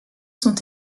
sont